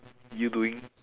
you doing